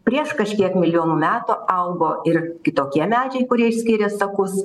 prieš kažkiek milijonų metų augo ir kitokie medžiai kurie išskyrė sakus